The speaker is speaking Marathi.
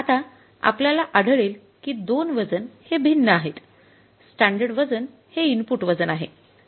आता आपल्याला आढळेल की दोन वजन हे भिन्न आहेत स्टॅंडर्ड वजन हे इनपुट वजन आहे